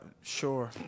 sure